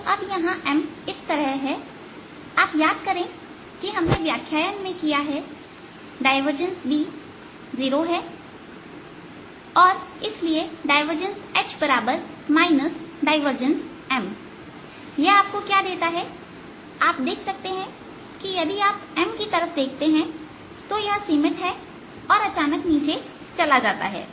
अब यहां M इस तरह है आप याद करें कि हमने व्याख्यान में किया है कि डायवर्जेस B0 है और इसलिए डायवर्जेस H डायवर्जेस M यह आपको क्या देता है आप देख सकते हैं यदि आप M की तरफ देखते हैं तो यह सीमित है और अचानक नीचे चला जाता है